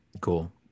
Cool